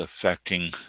affecting